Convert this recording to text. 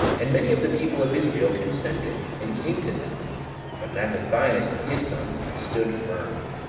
and many of the people of israel consented and came to them but mathathias and his sons stood firm.